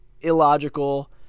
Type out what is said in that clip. illogical